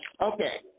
Okay